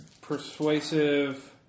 persuasive